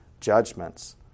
judgments